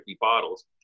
bottles